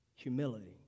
humility